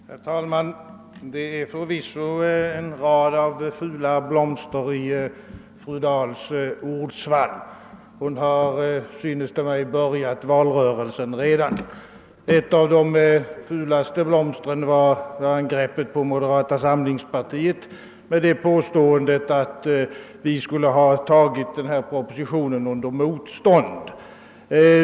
Herr talman! Det finns förvisso en rad fula blomster i fru Dahls ordsvall. Hon har, synes det mig, börjat valrörelsen redan. Ett av de fulaste blomstren var angreppet på moderata samlingspartiet med påståendet att vi skulle ha godtagit den här propositionen under motstånd.